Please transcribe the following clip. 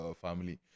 family